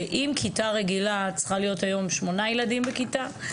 שאם כיתה רגילה צריכה להיות היום 8 ילדים בכיתה,